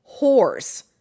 whores